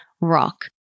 rock